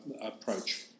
approach